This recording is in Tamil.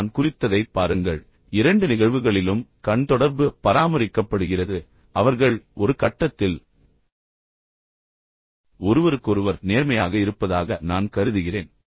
எனவே நான் குறித்ததைப் பாருங்கள் இரண்டு நிகழ்வுகளிலும் கண் தொடர்பு பராமரிக்கப்படுகிறது எனவே அவர்கள் ஒரு கட்டத்தில் ஒருவருக்கொருவர் நேர்மையாக இருப்பதாக நான் கருதுகிறேன்